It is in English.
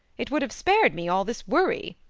it would have spared me all this worry.